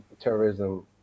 terrorism